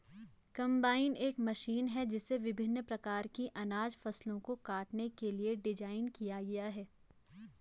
combine एक machine है जिसे विभिन्न प्रकार की अनाज फसलों को काटने के लिए डिज़ाइन किया गया है